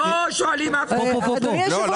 ביקשתי שייתנו לנו נתונים על סמך נתוני העבר,